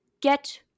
get